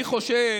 אני חושב